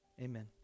Amen